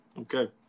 Okay